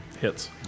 Hits